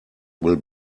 will